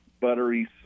buttery